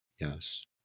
yes